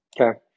Okay